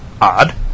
Odd